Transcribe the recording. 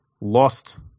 lost